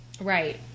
Right